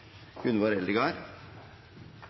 Eldegard